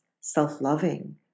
self-loving